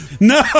No